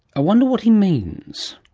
i wonder what he means!